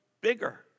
bigger